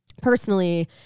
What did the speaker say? personally